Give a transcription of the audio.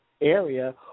area